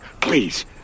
Please